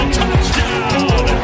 touchdown